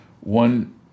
one